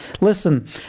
Listen